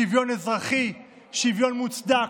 שוויון אזרחי, שוויון מוצדק,